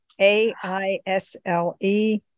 A-I-S-L-E